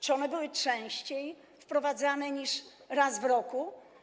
Czy one były częściej wprowadzane niż raz w roku?